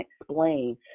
explain